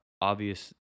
obvious –